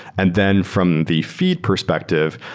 and then from the feed perspective,